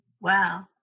Wow